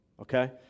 okay